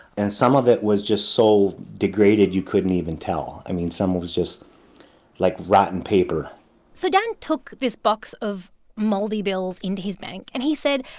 and some of it was just so degraded you couldn't even tell. i mean, some was just like rotten paper so dan took this box of moldy bills into his bank, and he said,